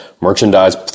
Merchandise